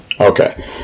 Okay